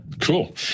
cool